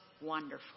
wonderful